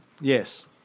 Yes